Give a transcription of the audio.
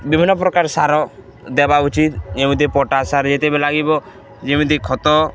ବିଭିନ୍ନ ପ୍ରକାର ସାର ଦେବା ଉଚିତ ଯେମିତି ପଟାସ ସାର ଯେତେବେଳେ ଲାଗିବ ଯେମିତି ଖତ